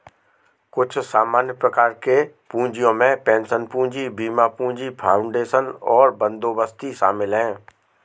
कुछ सामान्य प्रकार के पूँजियो में पेंशन पूंजी, बीमा पूंजी, फाउंडेशन और बंदोबस्ती शामिल हैं